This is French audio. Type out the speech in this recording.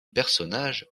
personnage